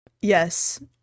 Yes